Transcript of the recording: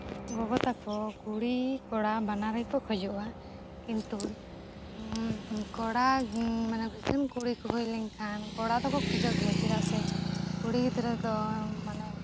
ᱜᱚᱜᱚ ᱛᱟᱠᱚ ᱠᱩᱲᱤ ᱠᱚᱲᱟ ᱵᱟᱱᱟᱨ ᱜᱮᱠᱚ ᱠᱷᱚᱡᱚᱜᱼᱟ ᱠᱤᱱᱛᱩ ᱠᱚᱲᱟ ᱢᱟᱱᱮ ᱮᱠᱷᱮᱱ ᱠᱩᱲᱤ ᱠᱚ ᱦᱩᱭ ᱞᱮᱱᱠᱷᱟᱱ ᱠᱚᱲᱟ ᱫᱚᱠᱚ ᱠᱷᱚᱡᱚᱜ ᱜᱮᱭᱟ ᱪᱮᱫᱟᱜ ᱥᱮ ᱠᱩᱲᱤ ᱜᱤᱫᱽᱨᱟᱹ ᱫᱚ ᱢᱟᱱᱮ